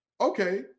Okay